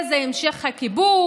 אינך זכאית למענק,